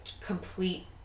complete